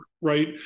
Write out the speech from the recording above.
right